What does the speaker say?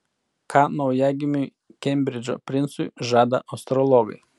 ką naujagimiui kembridžo princui žada astrologai